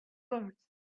words